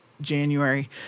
January